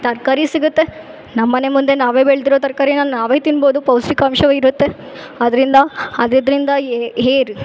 ತರಕಾರಿ ಸಿಗುತ್ತೆ ನಮ್ಮ ಮನೆ ಮುಂದೆ ನಾವೇ ಬೆಳೆದಿರೊ ತರಕಾರಿ ನಾವೇ ತಿನ್ಬೌದು ಪೌಷ್ಠಿಕಾಂಶವು ಇರುತ್ತೆ ಅದರಿಂದ ಆಗದ್ರಿಂದ ಏ ಹೇರ್